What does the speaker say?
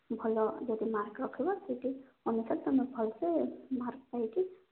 ଭଲ ଯଦି ମାର୍କ ରଖିବ ସେଇଠି ଅନୁସାରେ ତୁମେ ଭଲସେ ମାର୍କ ପାଇକି